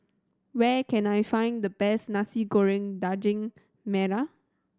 where can I find the best Nasi Goreng Daging Merah